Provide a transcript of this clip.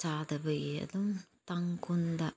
ꯆꯥꯗꯕꯒꯤ ꯑꯗꯨꯝ ꯇꯥꯡ ꯀꯨꯟꯗ